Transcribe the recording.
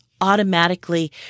automatically